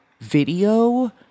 video